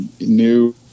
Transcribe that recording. new